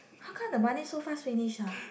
how come the money so fast finish huh